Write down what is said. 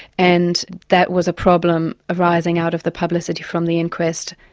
and that was a problem arising out of the publicity from the inquest.